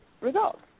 results